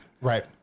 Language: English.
Right